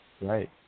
Right